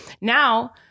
now